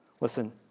Listen